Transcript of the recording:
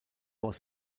was